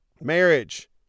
Marriage